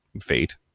fate